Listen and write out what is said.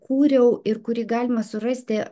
kūriau ir kurį galima surasti